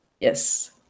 yes